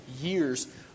years